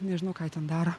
nežinau ką jie ten daro